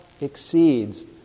exceeds